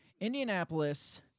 Indianapolis